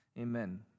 amen